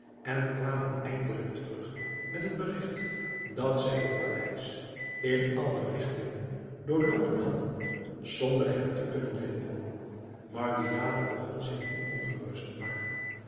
en kwamen eindelijk terug met het berigt dat zij het paleis in alle rigtingen doorloopen hadden zonder hem te kunnen vinden margiane begon zich nu ongerust te maken